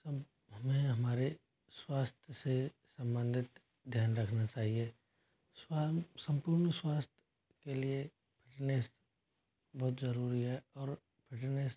सब हमे हमारे स्वास्थ्य से सम्बंधित ध्यान रखना चाहिए सम्पूर्ण स्वास्थ्य के लिए फिटनेस बहुत जरुरी है और फिटनेस